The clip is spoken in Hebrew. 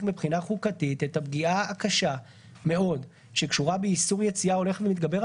מבחינה חוקתית את הפגיעה הקשה מאוד שקשורה באיסור יציאה הולך ומתגבר,